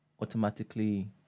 automatically